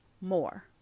more